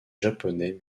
japonais